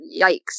yikes